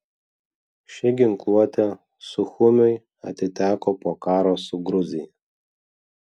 ši ginkluotė suchumiui atiteko po karo su gruzija